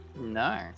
No